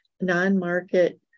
non-market